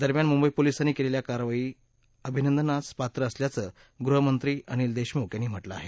दरम्यान मुंबई पोलीसांनी केलेली कारवाई अभिनंदनास पात्र असल्याचं गृहमंत्री अनिल देशमुख यांनी म्हटलं आहे